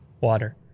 water